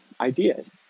ideas